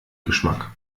geschmack